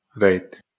Right